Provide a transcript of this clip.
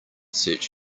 search